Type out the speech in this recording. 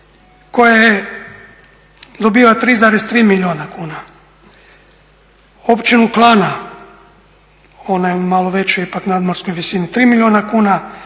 koja dobiva 3,3 milijuna kuna, općinu Klana ona je u malo većoj ipak nadmorskoj visini 3 milijuna kuna,